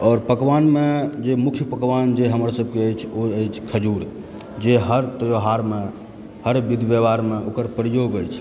आओर पकवानमे जे मुख्य पकवान जे हमर सबके अछि ओ अछि खजूर जे हर त्यौहारमे हर विध व्यवहारमे ओकर प्रयोग अछि